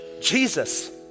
Jesus